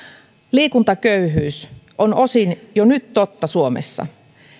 liikuntaköyhyys on osin jo nyt totta suomessa